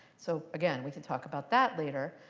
so again, we can talk about that later.